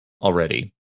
already